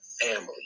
family